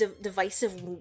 divisive